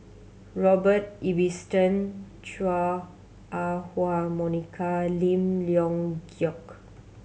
Robert Ibbetson Chua Ah Huwa Monica Lim Leong Geok